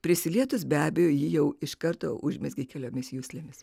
prisilietus be abejo ji jau iš karto užmezgė keliomis juslėmis